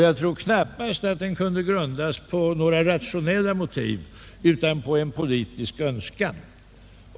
Jag tror knappast att den kunde vara grundad på några rationella motiv utan snarare på en politiskt baserad önskan.